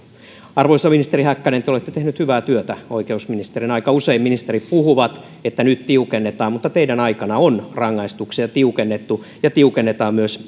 arvoisa ministeri häkkänen te te olette tehnyt hyvää työtä oikeusministerinä aika usein ministerit vain puhuvat että nyt tiukennetaan mutta teidän aikananne on rangaistuksia tiukennettu ja tiukennetaan myös